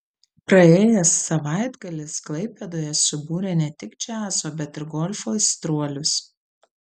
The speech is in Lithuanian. praėjęs savaitgalis klaipėdoje subūrė ne tik džiazo bet ir golfo aistruolius